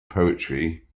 poetry